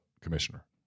commissioner